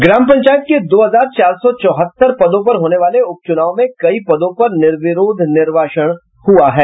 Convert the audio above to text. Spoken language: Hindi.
ग्राम पंचायत के दो हजार चार सौ चौहत्तर पदों पर होने वाले उपचुनाव में कई पदों पर निर्विरोध निर्वाचन हुआ है